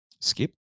skip